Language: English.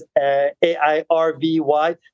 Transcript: A-I-R-V-Y